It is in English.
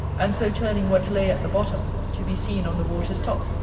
and so turning what lay at the bottom to be seen on the water's top.